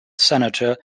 senator